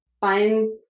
Find